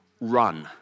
run